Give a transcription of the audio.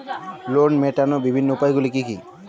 Loan মেটানোর বিভিন্ন উপায়গুলি কী কী?